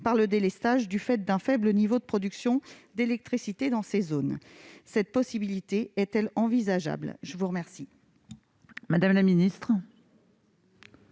par le délestage du fait d'un faible niveau de production d'électricité dans ces zones. Cette possibilité est-elle envisageable ? La parole